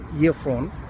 earphone